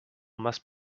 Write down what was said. must